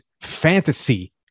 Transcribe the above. fantasy